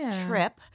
trip